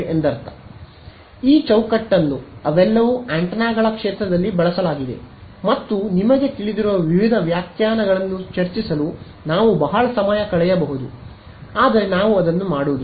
ಇದರರ್ಥ ಈ ಚೌಕಟ್ಟನ್ನು ಅವೆಲ್ಲವೂ ಆಂಟೆನಾಗಳ ಕ್ಷೇತ್ರದಲ್ಲಿ ಬಳಸಲಾಗಿದೆ ಮತ್ತು ನಿಮಗೆ ತಿಳಿದಿರುವ ವಿವಿಧ ವ್ಯಾಖ್ಯಾನಗಳನ್ನು ಚರ್ಚಿಸಲು ನಾವು ಬಹಳ ಸಮಯ ಕಳೆಯಬಹುದು ಆದರೆ ನಾವು ಅದನ್ನು ಮಾಡುವುದಿಲ್ಲ